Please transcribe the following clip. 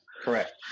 correct